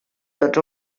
tots